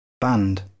Band